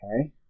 Okay